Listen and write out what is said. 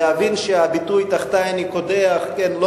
להבין שהביטוי "תחתי אני קודח" לא